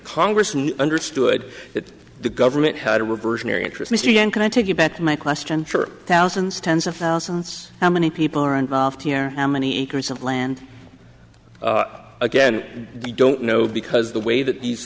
congress understood that the government had a reversionary interest mr yan can i take you back my question for thousands tens of thousands how many people are involved here how many acres of land again we don't know because the way that these